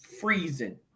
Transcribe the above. freezing